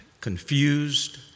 confused